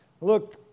Look